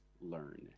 learn